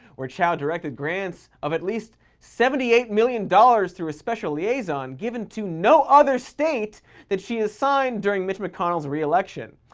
where chao directed grants of at least seventy eight million dollars through a special liaison given to no other state that she assigned during mitch mcconnell's re-election.